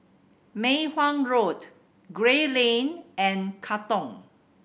Mei Hwan Road Gray Lane and Katong